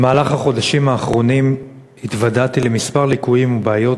במהלך החודשים האחרונים התוודעתי לכמה ליקויים ובעיות